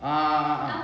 ah